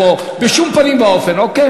היא מדברת על התקציב.